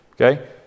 okay